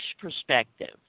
perspective